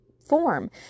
form